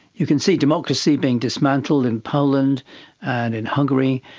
you can see democracy being dismantled in poland and in hungary,